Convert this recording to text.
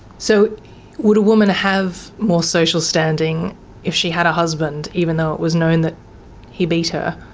so would a woman have more social standing if she had a husband even though it was known that he beat her?